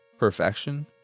Perfection